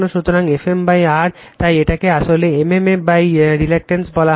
সুতরাং FmR তাই এটাকে আসলে mmf রিলাক্টেনস বলা হয়